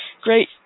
great